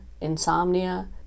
Insomnia